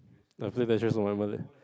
after Tetris